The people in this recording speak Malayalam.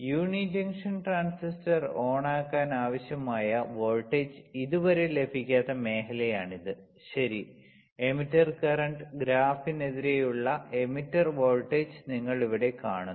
യൂണി ജംഗ്ഷൻ ട്രാൻസിസ്റ്റർ ഓണാക്കാൻ ആവശ്യമായ വോൾട്ടേജ് ഇതുവരെ ലഭിക്കാത്ത മേഖലയാണിത് ശരി എമിറ്റർ കറന്റ് ഗ്രാഫിനെതിരെയുള്ള എമിറ്റർ വോൾട്ടേജ് നിങ്ങൾ ഇവിടെ കാണുന്നു